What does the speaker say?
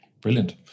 Brilliant